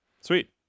Sweet